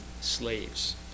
slaves